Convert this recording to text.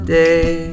day